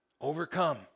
overcome